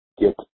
get